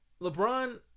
LeBron